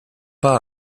pas